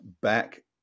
back